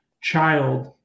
child